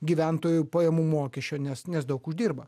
gyventojų pajamų mokesčio nes nes daug uždirba